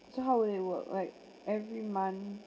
so how would it work like every month